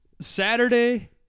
Saturday